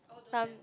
thumb